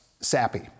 sappy